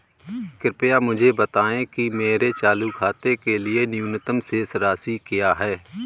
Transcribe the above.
कृपया मुझे बताएं कि मेरे चालू खाते के लिए न्यूनतम शेष राशि क्या है?